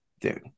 dude